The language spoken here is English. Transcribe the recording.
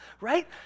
right